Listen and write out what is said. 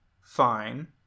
fine